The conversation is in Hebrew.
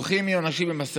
אנשים הולכים עם מסכות.